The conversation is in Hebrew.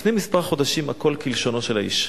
לפני מספר חודשים", הכול כלשונו של האיש,